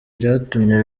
byatumye